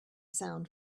sound